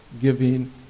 giving